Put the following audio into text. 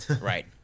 right